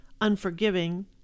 unforgiving